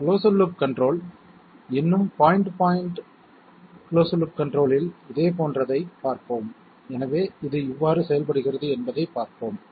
closed loop control இன்னும் point to point closed loop கன்ட்ரோலில் இதே போன்ற ஐப் பார்ப்போம் எனவே இது எவ்வாறு செயல்படுகிறது என்பதைப் பார்ப்போம்